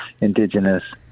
indigenous